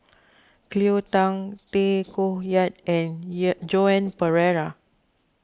Cleo Thang Tay Koh Yat and Joan Pereira